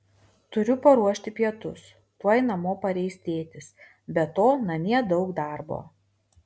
turiu paruošti pietus tuoj namo pareis tėtis be to namie daug darbo